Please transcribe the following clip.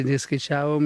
nei skaičiavom